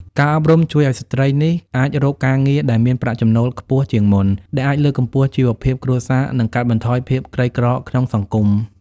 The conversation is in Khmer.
ការអប់រំជួយឲ្យស្ត្រីនេះអាចរកការងារដែលមានប្រាក់ចំណូលខ្ពស់ជាងមុន ដែលអាចលើកកម្ពស់ជីវភាពគ្រួសារ និងកាត់បន្ថយភាពក្រីក្រក្នុងសង្គម។